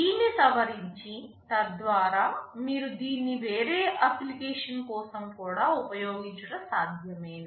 దీన్ని సవరించి తద్వారా మీరు దీన్ని వేరే అప్లికేషన్ కోసం కూడా ఉపయోగించుట సాధ్యమేనా